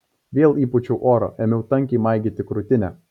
vėl įpūčiau oro ėmiau tankiai maigyti krūtinę